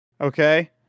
Okay